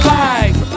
life